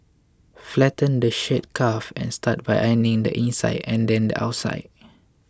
flatten the shirt cuff and start by ironing the inside and then the outside